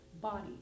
body